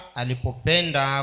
alipopenda